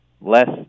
less